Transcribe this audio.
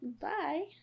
Bye